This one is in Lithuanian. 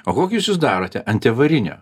o kokius jūs darote anti avarinio